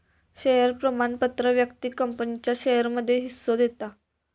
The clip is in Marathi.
शेयर प्रमाणपत्र व्यक्तिक कंपनीच्या शेयरमध्ये हिस्सो देता